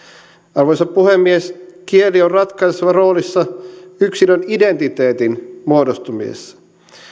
arvoisa puhemies kieli on ratkaisevassa roolissa yksilön identiteetin muodostumisessa